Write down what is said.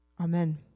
Amen